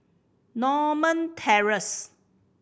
Norma Terrace